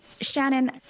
Shannon